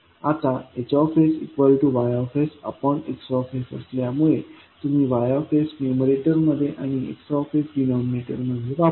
आता H YX असल्यामुळे तुम्ही Y न्यूमरेटरमध्ये आणि X डिनामनेटर मध्ये वापरा